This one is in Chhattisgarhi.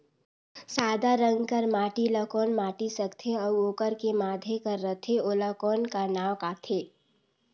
सादा रंग कर माटी ला कौन माटी सकथे अउ ओकर के माधे कर रथे ओला कौन का नाव काथे?